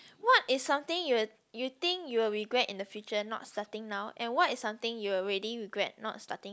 what is something you you think you'll regret in the future not starting now and what is something you already regret not starting